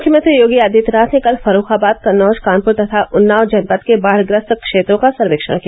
मुख्यमंत्री योगी आदित्यनाथ ने कल फर्रूखाबाद कन्नौज कानपुर तथा उन्नाव जनपद के बाढ़ग्रस्त क्षेत्रों का सर्वेक्षण किया